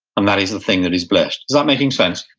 and that is the thing that is blessed. is that making sense?